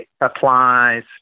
applies